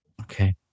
Okay